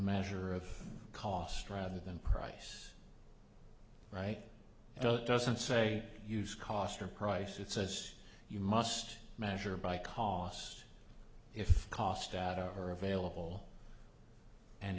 measure of cost rather than price right now it doesn't say use cost or price it says you must measure by costs if cost that are available and